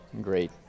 great